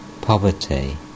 poverty